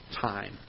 time